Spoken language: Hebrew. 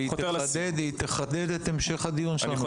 והיא תחדד את המשך הדיון שלנו.